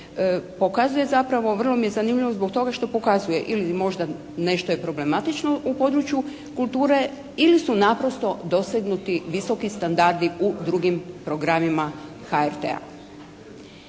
pokazuje zapravo vrlo mi je zanimljivo zbog toga što pokazuje ili možda nešto je problematično u području kulture ili su naprosto dosegnuti visoki standardi u drugim programima HRT-a.